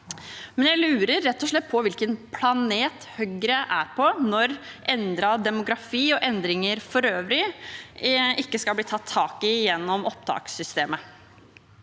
rett og slett på hvilken planet Høyre er på når endret demografi og endringer for øvrig ikke skal bli tatt tak i gjennom opptakssystemet.